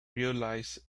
realized